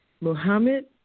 Muhammad